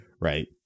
right